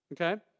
okay